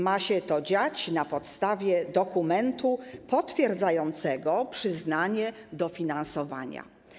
Ma się to dziać na podstawie dokumentu potwierdzającego przyznanie dofinansowania.